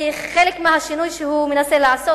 חלק מהשינוי שהוא מנסה לעשות,